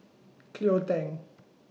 Cleo Thang